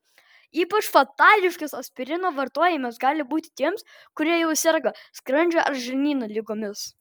ypač fatališkas aspirino vartojimas gali būti tiems kurie jau serga skrandžio ar žarnyno ligomis